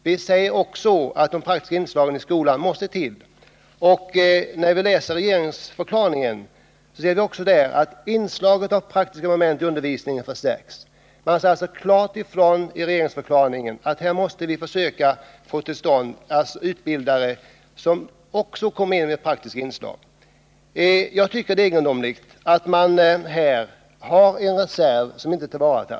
Vi säger att de praktiska inslagen i skolan behövs, och i regeringsdeklarationen står det också: ”Inslaget av praktiska moment i undervisningen förstärks.” Man säger alltså klart ifrån i regeringsdeklarationen att vi måste få utbildare som också tillför undervisningen praktiska inslag. Jag tycker det är egendomligt att man här har en reserv som inte tillvaratas.